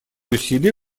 усилия